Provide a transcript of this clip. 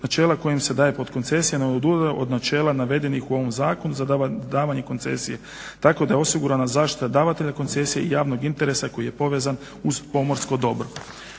Načela kojim se daje podkoncesija ne odudara od načela navedenih u ovom zakonu za davanje koncesije, tako da je osigurana zaštita davatelja koncesije i javnog interesa koji je povezan uz pomorsko dobro.